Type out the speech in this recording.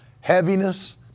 heaviness